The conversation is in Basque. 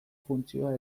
funtzioa